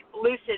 lucid